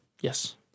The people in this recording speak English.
Yes